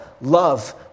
Love